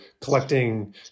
collecting